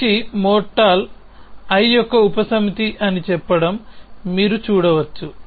మనిషి mortal i యొక్క ఉపసమితి అని చెప్పడం మీరు చూడవచ్చు